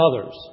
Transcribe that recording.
others